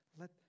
Let